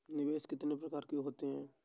निवेश कितनी प्रकार के होते हैं?